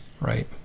Right